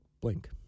Blink